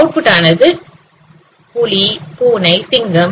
output ஆனது இது புலி பூனை சிங்கம்